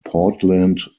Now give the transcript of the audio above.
portland